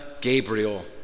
Gabriel